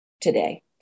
today